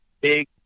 Big